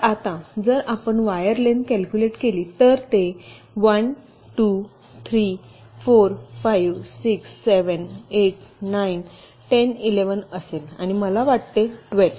तर आता जर आपण वायर लेन्थ कॅल्कुलेट केली तर ते 1 2 3 4 5 6 7 8 9 10 11 असेल आणि मला वाटते 12